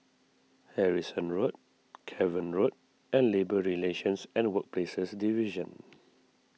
Harrison Road Cavan Road and Labour Relations and Workplaces Division